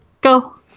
Go